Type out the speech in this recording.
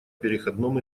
переходном